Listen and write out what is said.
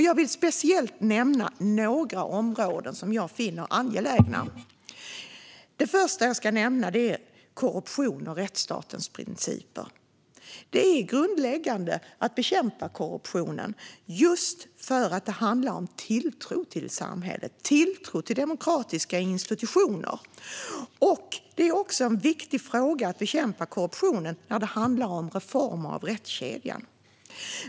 Jag vill särskilt nämna några områden som jag finner angelägna. Det första området är korruption och rättsstatens principer. Det är grundläggande att bekämpa korruption, för det handlar om tilltro till samhället och tilltro till demokratiska institutioner. Att bekämpa korruption är också viktigt när det handlar om reformering av rättskedjan.